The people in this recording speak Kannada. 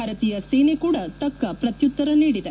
ಭಾರತೀಯ ಸೇನೆಕೂಡ ತಕ್ಕ ಪ್ರತ್ಯುತ್ತರ ನೀಡಿದೆ